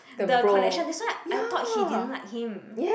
the connection that's why I thought he didn't like him